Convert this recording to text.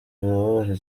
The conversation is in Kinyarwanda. birababaje